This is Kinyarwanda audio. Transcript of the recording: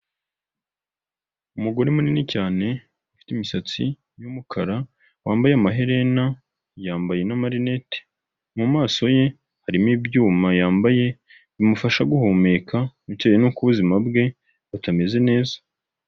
Umugore munini cyane ufite imisatsi y'umukara wambaye amaherena, yambaye n'amarinete mu maso ye, harimo ibyuma yambaye bimufasha guhumeka bitewe n'uko ubuzima bwe butameze neza.